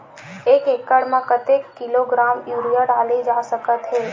एक एकड़ म कतेक किलोग्राम यूरिया डाले जा सकत हे?